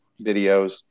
videos